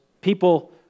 people